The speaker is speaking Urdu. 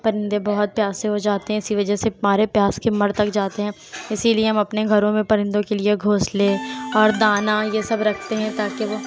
پرندے بہت پیاسے ہو جاتے ہیں اسی وجہ سے مارے پیاس کے مر تک جاتے ہیں اسی لیے ہم اپنے گھروں میں پرندوں کے لیے گھونسلے اور دانہ یہ سب رکھتے ہیں تاکہ وہ